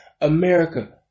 America